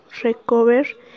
recover